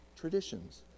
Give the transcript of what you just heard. traditions